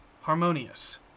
harmonious